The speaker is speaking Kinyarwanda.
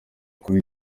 kuba